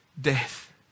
Death